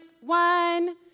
one